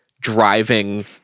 driving